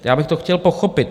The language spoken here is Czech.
Já bych to chtěl pochopit.